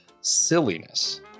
silliness